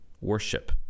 worship